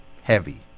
heavy